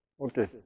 Okay